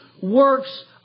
works